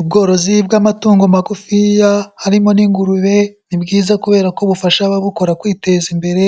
Ubworozi bw'amatungo magufiya harimo n'ingurube, ni bwiza kubera ko bufasha ababukora kwiteza imbere,